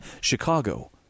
Chicago